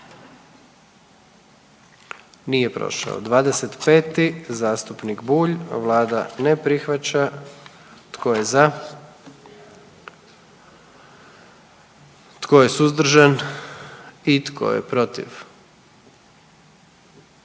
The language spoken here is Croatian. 44. Kluba zastupnika SDP-a, vlada ne prihvaća. Tko je za? Tko je suzdržan? Tko je protiv?